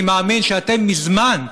אני מאמין שאתם מזמן,